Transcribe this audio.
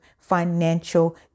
financial